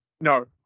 No